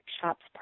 shops